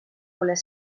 voler